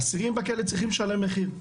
ואסירים בכלא צריכים לשלם מחיר.